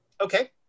Okay